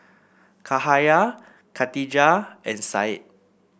Cahaya Katijah and Said